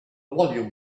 volume